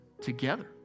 together